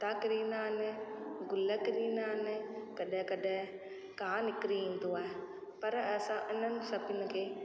पता किरी पिया हूंदा आहिनि गुल किरींदा आहिनि कॾहिं कॾहिं गाहु निकिरी ईंदो आहे पर असां इन्हनि सभिनी खे